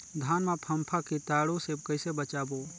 धान मां फम्फा कीटाणु ले कइसे बचाबो?